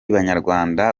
banyarwanda